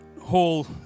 whole